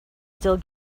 still